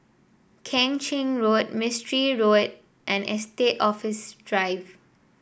Keng Chin Road Mistri Road and Estate Office Drive